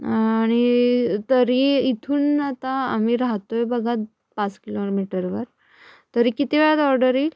आणि तरी इथून आता आम्ही राहतो आहे बघा पाच किलोमीटरवर तरी किती वेळात ऑर्डर येईल